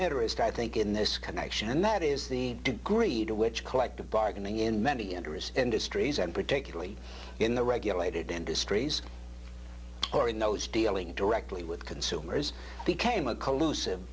interest i think in this connection and that is the degree to which collective bargaining in many interests industries and particularly in the regulated industries tory knows dealing directly with consumers became a collusi